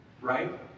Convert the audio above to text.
right